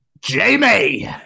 Jamie